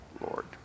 Lord